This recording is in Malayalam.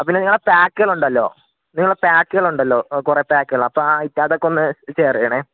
പിന്നെ നിങ്ങളുടെ പാക്കുകൾ ഉണ്ടല്ലോ നിങ്ങളുടെ പാക്കുകൾ ഉണ്ടല്ലോ കുറേ പാക്കുകൾ അപ്പം അതൊക്കെ ഒന്ന് ഷെയർ ചെയ്യണേ